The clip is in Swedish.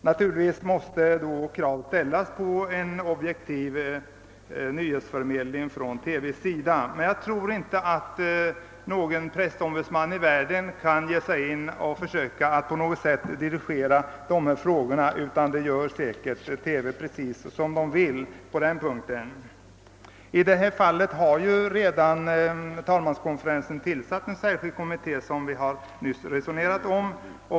Naturligtvis måste krav då ställas på en objektiv nyhetsförmedling från TV:s sida. Jag tror emellertid inte att någon pressombudsman i världen kan dirigera dessa frågor, utan därvidlag gör man inom Sveriges Radio och TV precis som man vill. I det fallet har talmanskonferensen redan tillsatt en särskild kommitté som vi nyss re sonerade om.